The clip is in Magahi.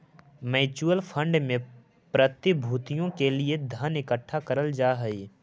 म्यूचुअल फंड में प्रतिभूतियों के लिए धन इकट्ठा करल जा हई